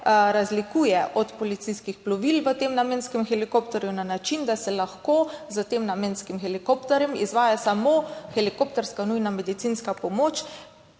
razlikuje od policijskih plovil v tem namenskem helikopterju, na način, da se lahko s tem namenskim helikopterjem izvaja samo helikopterska nujna medicinska pomoč,